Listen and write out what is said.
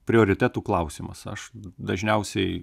prioritetų klausimas aš dažniausiai